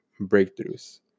breakthroughs